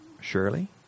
Surely